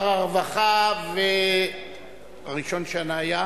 שר הרווחה ושר הפנים,